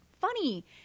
funny